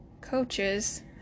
coaches